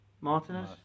Martinez